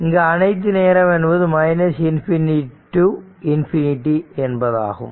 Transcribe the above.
இங்கு அனைத்து நேரம் என்பது ∞ to ∞ என்பதாகும்